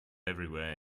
everywhere